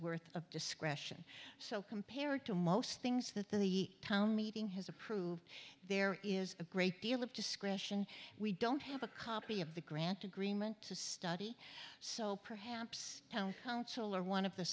worth of discretion so compared to most things that the town meeting has approved there is a great deal of discretion we don't have a copy of the grant agreement to study so perhaps counselor one of the